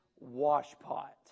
washpot